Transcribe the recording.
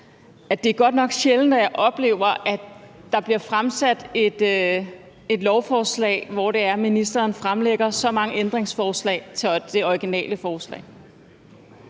at det godt nok er sjældent, at jeg oplever, at der bliver fremsat et lovforslag, hvor ministeren stiller så mange ændringsforslag til det originale forslag.